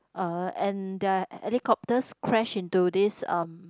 uh and their helicopters crash into this(um)